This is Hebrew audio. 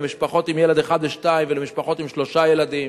למשפחות עם ילד אחד ושניים ולמשפחות עם שלושה ילדים.